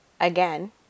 again